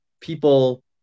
people